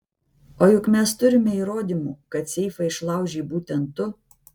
o juk mes turime įrodymų kad seifą išlaužei būtent tu